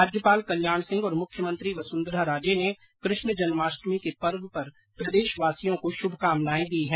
राज्यपाल कल्याण सिंह और मुख्यमंत्री वसुंधरा राजे ने कृष्ण जन्माष्टमी पर्व पर प्रदेशवासियों को शुभकामनाएं दी है